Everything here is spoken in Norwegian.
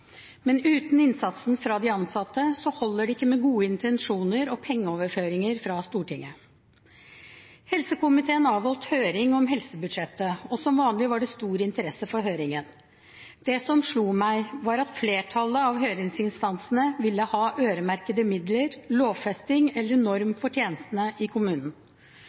Men uten innsatsen fra de ansatte holder det ikke med gode intensjoner og pengeoverføringer fra Stortinget. Helsekomiteen avholdt høring om helsebudsjettet, og som vanlig var det stor interesse for høringen. Det som slo meg, var at flertallet av høringsinstansene ville ha øremerkede midler, lovfesting eller norm for tjenestene i kommunen.